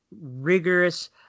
rigorous